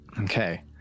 Okay